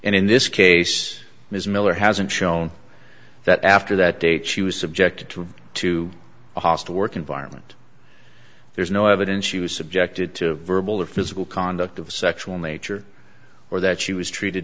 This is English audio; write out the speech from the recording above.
and in this case ms miller hasn't shown that after that date she was subjected to to a hostile work environment there's no evidence she was subjected to verbal or physical conduct of a sexual nature or that she was treated